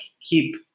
keep